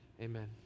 Amen